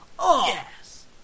Yes